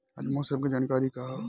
आज मौसम के जानकारी का ह?